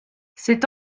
c’est